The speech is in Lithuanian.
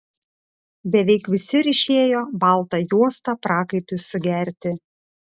beveik visi ryšėjo baltą juostą prakaitui sugerti